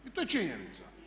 I to je činjenica.